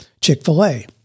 Chick-fil-A